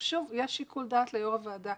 יש שיקול דעת ליו"ר הוועדה.